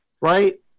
right